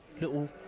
little